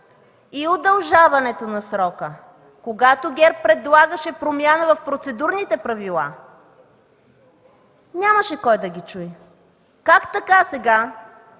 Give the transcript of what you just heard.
и удължаването на срока, когато предлагаше промяна в процедурните правила, нямаше кой да ги чуе. Как така сега